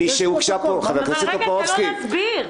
תן לו להסביר.